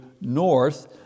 north